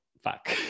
fuck